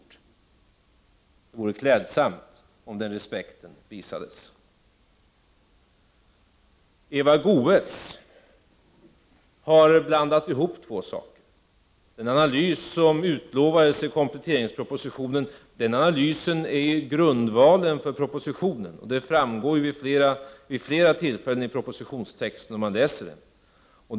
Det vore klädsamt om den respekten visades. Eva Goéäs har blandat ihop två saker. Den analys som utlovades i kompletteringspropositionen är grundvalen för propositionen. Det framgår vid flera tillfällen i propositionstexten, om man läser den.